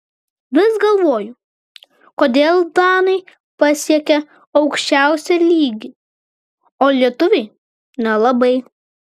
vis galvoju kodėl danai pasiekią aukščiausią lygį o lietuviai nelabai